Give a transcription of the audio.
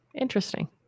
Interesting